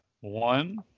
one